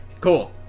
Cool